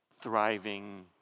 thriving